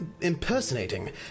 impersonating